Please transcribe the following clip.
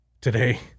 Today